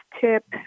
tip